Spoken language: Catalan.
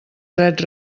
drets